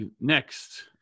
next